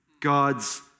God's